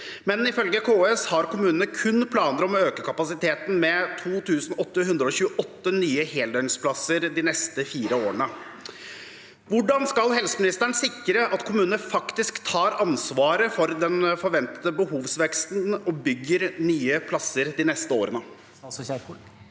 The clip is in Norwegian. men ifølge KS har kommunene kun planer om å øke kapasiteten med 2 828 nye heldøgnsplasser de neste fire årene. Hvordan skal helseministeren sikre at kommunene faktisk tar ansvaret for den forventede behovsveksten og bygger nye plasser de neste årene?